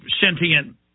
sentient